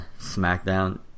SmackDown